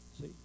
See